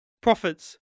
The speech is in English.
Profits